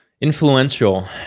influential